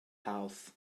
house